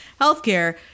healthcare